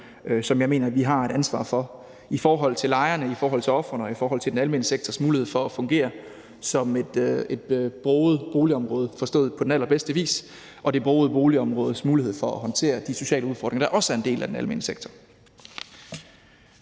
som jeg mener vi har et ansvar for i forhold til lejerne, i forhold til ofrene og i forhold til den almene sektors muligheder for at fungere som et broget boligområde, forstået på allerbedste vis, og det brogede boligområdes mulighed for at håndtere de sociale udfordringer, der også er en del af den almene sektor.